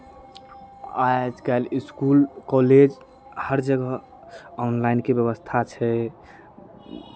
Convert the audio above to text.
आज कल school college हर जगह ऑनलाइनके व्यवस्था छै